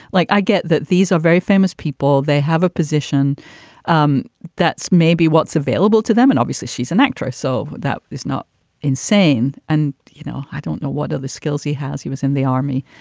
like, i get that these are very famous people. they have a position um that's maybe what's available to them. and obviously she's an actress. so that is not insane. and, you know, i don't know what are the skills he has. he was in the army.